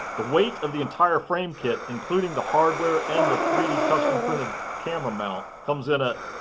the weight of the entire frame kit including the hardware and the three d custom printed camera mount comes in at